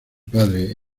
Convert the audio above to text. padre